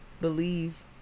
Believe